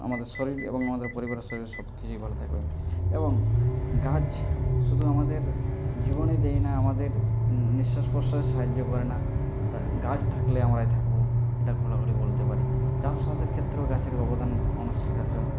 আমাদের শরীর এবং আমাদের পরিবারের শরীর সব কিছুই ভালো থাকবে এবং গাছ শুধু আমাদের জীবনই দেয় না আমাদের নিশ্বাস প্রশ্বাসে সাহায্য করে না গাছ থাকলে আমরা থাকব এটা খোলাখুলি বলতে পারি চাষবাসের ক্ষেত্রেও গাছের অবদান অনস্বীকার্য